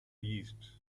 east